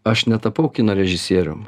aš netapau kino režisierium